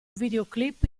videoclip